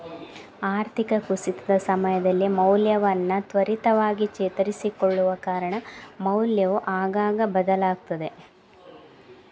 ಆರ್ಥಿಕ ಕುಸಿತದ ಸಮಯದಲ್ಲಿ ಮೌಲ್ಯವನ್ನ ತ್ವರಿತವಾಗಿ ಚೇತರಿಸಿಕೊಳ್ಳುವ ಕಾರಣ ಮೌಲ್ಯವು ಆಗಾಗ ಬದಲಾಗ್ತದೆ